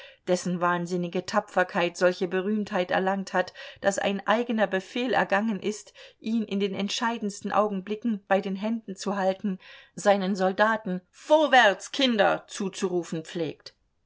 dessen wahnsinnige tapferkeit solche berühmtheit erlangt hat dass ein eigener befehl ergangen ist ihn in den entscheidendsten augenblicken bei den händen zu halten seinen soldaten vorwärts kinder zuzurufen pflegt